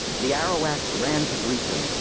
the arawak's ran to greet them,